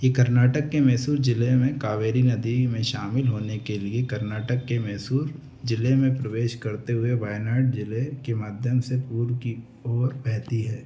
यह कर्नाटक के मैसूर जिले में कावेरी नदी में शामिल होने के लिए कर्नाटक के मैसूर जिले में प्रवेश करते हुए वायनाड जिले के माध्यम से पूर्व की ओर बहती है